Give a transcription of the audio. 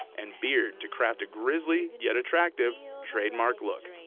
and beard to craft a grizzly, yet attractive, trademark look.